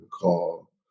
call